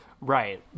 Right